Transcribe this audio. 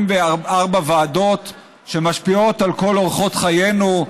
ועדות שמשפיעות על כל אורחות חיינו,